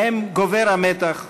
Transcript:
שבהם גובר המתח,